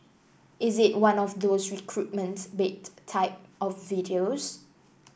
is it one of those recruitment bait type of videos